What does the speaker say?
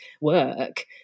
work